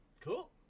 Cool